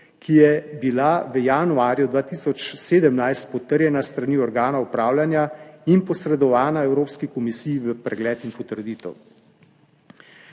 ki je bila v januarju 2017 potrjena s strani organov upravljanja in posredovana Evropski komisiji v pregled in potrditev.